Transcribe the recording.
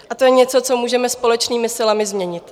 A to je něco, co můžeme společnými silami změnit.